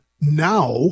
now